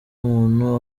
umuntu